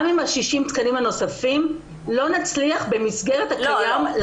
גם עם ה-60 תקנים הנוספים, לא נצליח במסגרת הקיים.